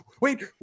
wait